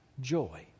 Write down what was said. joy